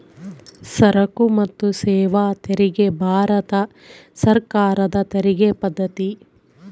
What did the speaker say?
ಸರಕು ಮತ್ತು ಸೇವಾ ತೆರಿಗೆ ಭಾರತ ಸರ್ಕಾರದ ತೆರಿಗೆ ಪದ್ದತಿ